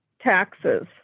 taxes